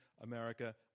America